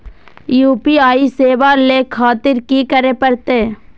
UPI सेवा ले खातिर की करे परते?